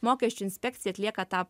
mokesčių inspekcija atlieka tą